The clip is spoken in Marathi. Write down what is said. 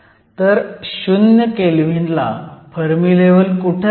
तर 0 केल्व्हीनला फर्मी लेव्हल कुठं आहे